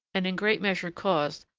and in great measure caused,